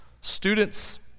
Students